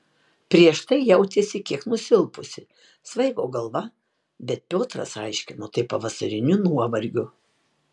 prieš tai jautėsi kiek nusilpusi svaigo galva bet piotras aiškino tai pavasariniu nuovargiu